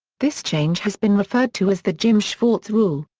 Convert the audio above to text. this change has been referred to as the jim schwartz rule.